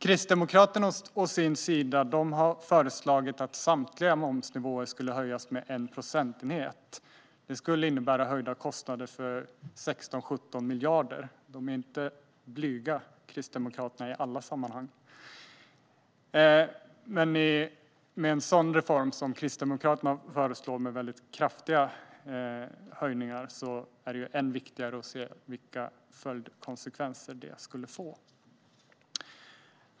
Kristdemokraterna har föreslagit att samtliga momsnivåer ska höjas med 1 procentenhet. Det skulle innebära höjda kostnader med 16-17 miljarder. Kristdemokraterna är inte blyga i alla sammanhang. Vid sådana kraftiga höjningar som Kristdemokraternas blir det ännu viktigare att se vilka konsekvenser det skulle få.